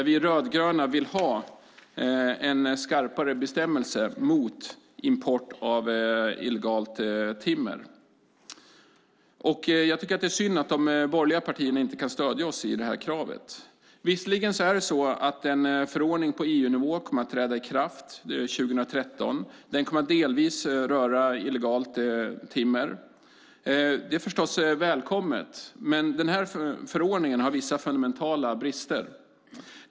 Vi rödgröna vill ha en skarpare bestämmelse mot import av illegalt timmer. Jag tycker att det är synd att de borgerliga partierna inte kan stödja oss i detta krav. Visserligen är det så att en förordning på EU-nivå kommer att träda i kraft 2013. Den kommer att delvis röra illegalt timmer. Det är förstås välkommet, men denna förordning har vissa fundamentala brister.